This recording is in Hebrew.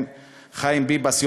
עם חיים ביבס,